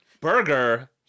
Burger